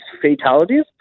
fatalities